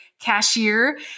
cashier